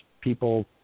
people